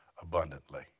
abundantly